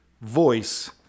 voice